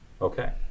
Okay